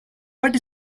what